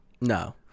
No